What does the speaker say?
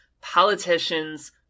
politicians